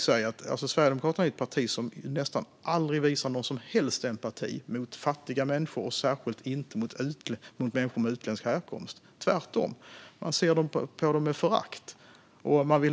Sverigedemokraterna är ett parti som nästan aldrig visar någon som helst empati med fattiga människor, särskilt inte människor med utländsk härkomst, tvärtom. Man ser på dem med förakt. Man vill